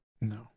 No